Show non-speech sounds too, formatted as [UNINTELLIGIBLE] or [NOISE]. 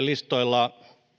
[UNINTELLIGIBLE] listoilla